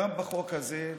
גם בחוק הזה,